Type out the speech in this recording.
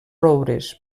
roures